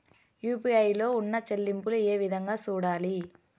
UPI లో ఉన్న చెల్లింపులు ఏ విధంగా సూడాలి